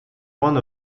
one